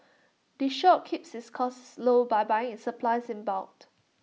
the shop keeps its costs low by buying its supplies in bulked